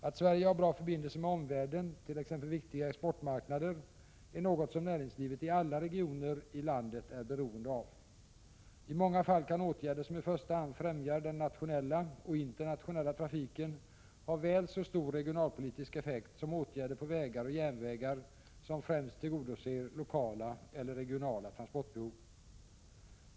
Att Sverige har bra förbindelser med omvärlden —t.ex. viktiga exportmarknader — är något som näringslivet i alla regioner i landet är beroende av. I många fall kan åtgärder som i första hand främjar den nationella och internationella trafiken ha väl så stor regionalpolitisk effekt som åtgärder när det gäller vägar och järnvägar som främst tillgodoser lokala eller regionala transportbehov.